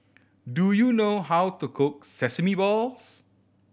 do you know how to cook sesame balls